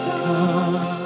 come